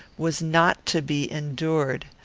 was not to be endured.